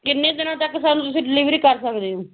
ਕਿੰਨੇ ਦਿਨਾਂ ਤੱਕ ਸਾਨੂੰ ਤੁਸੀਂ ਡਿਲੀਵਰੀ ਕਰ ਸਕਦੇ ਹੋ